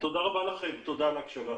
תודה רבה לכם, תודה על ההקשבה.